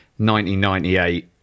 1998